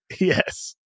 Yes